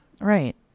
Right